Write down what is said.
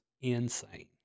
insane